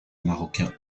marocain